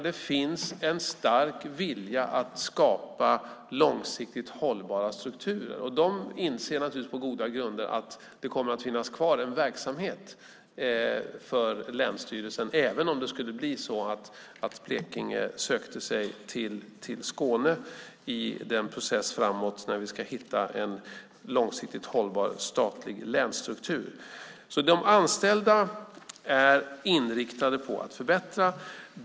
Det finns en stark vilja att skapa långsiktigt hållbara strukturer. De inser naturligtvis på goda grunder att det kommer att finnas kvar en verksamhet för länsstyrelsen, även om det skulle bli så att Blekinge sökte sig till Skåne i den process framåt där vi ska hitta en långsiktigt hållbar statlig länsstruktur. De anställda är inriktade på att förbättra.